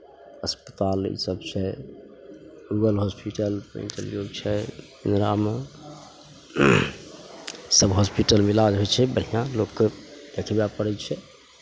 अस्पताल ईसभ छै रूरल हॉस्पिटल छै तेघड़ामे सभ हॉस्पिटलमे इलाज होइ छै बढ़िआँ लोगके देखबय पड़ै छै